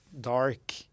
dark